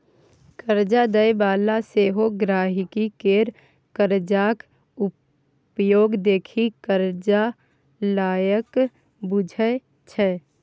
करजा दय बला सेहो गांहिकी केर करजाक उपयोग देखि करजा लायक बुझय छै